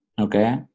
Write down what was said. Okay